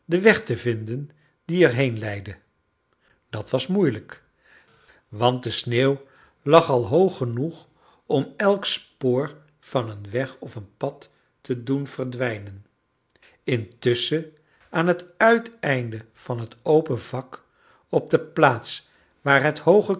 den weg te vinden die erheen leidde dat was moeilijk want de sneeuw lag al hoog genoeg om elk spoor van een weg of een pad te doen verdwijnen intusschen aan het uiteinde van het open vak op de plaats waar het hooge